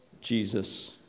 Jesus